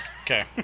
Okay